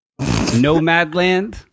Nomadland